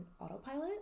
autopilot